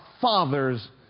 Father's